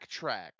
backtrack